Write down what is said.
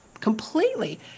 completely